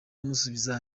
amusubiza